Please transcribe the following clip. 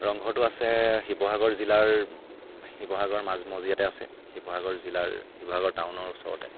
ৰংঘৰটো আছে শিৱসাগৰ জিলাৰ শিৱসাগৰ মাজমজিয়াতে আছে শিৱসাগৰ জিলাৰ শিৱসাগৰ টাউনৰ ওচৰতে